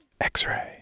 X-Ray